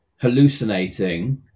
hallucinating